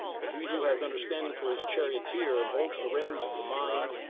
but he who has understanding for his charioteer and holds the reins of the mind,